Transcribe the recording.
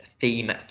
Theme